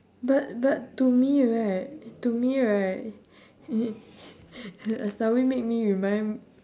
but but to me right to me right aslawi make me remind